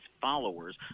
followers